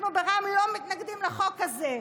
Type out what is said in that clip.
אנחנו ברע"מ לא מתנגדים לחוק הזה.